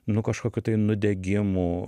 nu kažkokių tai nudegimų